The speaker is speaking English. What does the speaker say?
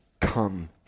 come